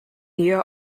neo